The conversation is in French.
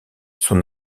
son